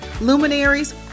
luminaries